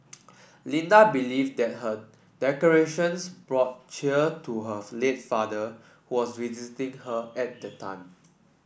Linda believed that her decorations brought cheer to her